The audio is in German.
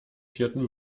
vierten